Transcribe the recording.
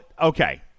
okay